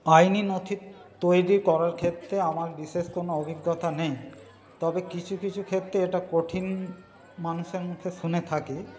আইনি নথি তৈরি করার ক্ষেত্রে আমার বিশেষ কোনো অভিজ্ঞতা নেই তবে কিছু কিছু ক্ষেত্রে এটা কঠিন মানুষের মুখে শুনে থাকি